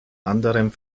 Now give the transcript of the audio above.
anderem